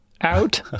out